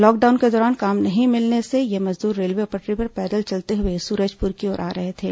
lockdown के दौरान काम नहीं मिलने से ये मजदूर रेलवे पटरी पर पैदल चलते हुए सूरजपुर की ओर आ रहे थे